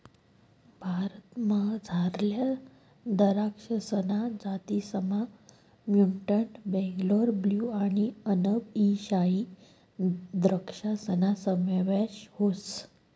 भारतमझारल्या दराक्षसना जातीसमा म्युटंट बेंगलोर ब्लू आणि अनब ई शाही द्रक्षासना समावेश व्हस